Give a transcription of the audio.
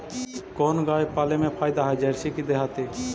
कोन गाय पाले मे फायदा है जरसी कि देहाती?